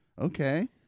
Okay